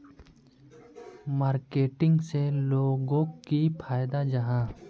Marketing से लोगोक की फायदा जाहा?